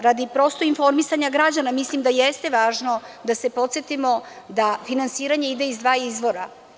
Radi informisanja građana, mislim da jeste važno da se podsetimo da finansiranje ide iz dva izvora.